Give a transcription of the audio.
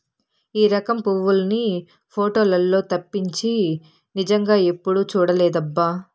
ఈ రకం పువ్వుల్ని పోటోలల్లో తప్పించి నిజంగా ఎప్పుడూ చూడలేదబ్బా